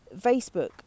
Facebook